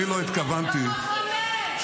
אני לא התכוונתי --- במחנה,